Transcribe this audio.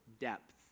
depth